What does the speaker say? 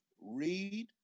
read